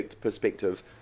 perspective